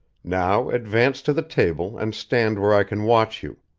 now advance to the table and stand where i can watch you.